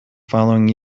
following